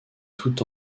tout